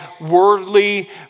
worldly